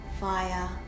fire